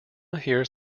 hears